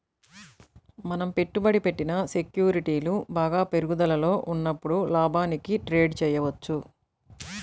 మనం పెట్టుబడి పెట్టిన సెక్యూరిటీలు బాగా పెరుగుదలలో ఉన్నప్పుడు లాభానికి ట్రేడ్ చేయవచ్చు